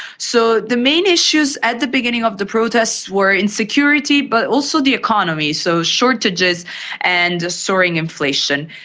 so the main issues at the beginning of the protests were insecurity but also the economy. so shortages and soaring inflation.